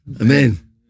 Amen